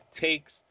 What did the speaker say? takes